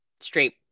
straight